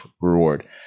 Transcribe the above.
reward